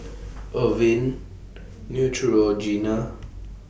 Avene Neutrogena